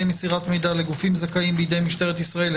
מסירת מידע לגופים זכאים בידי משטרת ישראל),